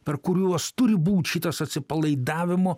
per kuriuos turi būt šitas atsipalaidavimo